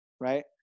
Right